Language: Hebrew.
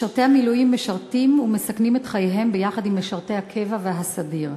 משרתי המילואים משרתים ומסכנים את חייהם יחד עם משרתי הקבע והסדיר,